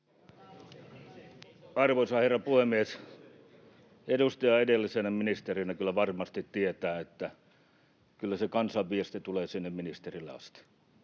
Arvoisa herra puhemies! Edustaja edellisenä ministerinä kyllä varmasti tietää, että kyllä se kansan viesti tulee sinne ministerille asti